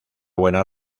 buena